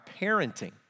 parenting